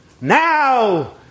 now